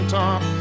top